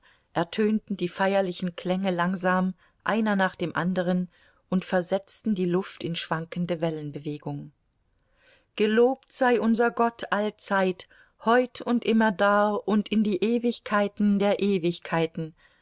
ertönten die feierlichen klänge langsam einer nach dem andern und versetzten die luft in schwankende wellenbewegung gelobt sei unser gott allzeit heut und immerdar und in die ewigkeiten der ewigkeiten